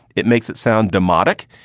it makes it sound demotic.